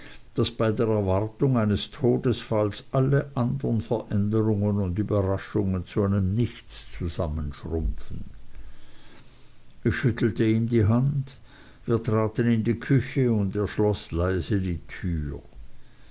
daß bei der erwartung eines todesfalls alle andern veränderungen und überraschungen zu einem nichts zusammenschrumpfen ich schüttelte ihm die hand wir traten in die küche und er schloß leise die tür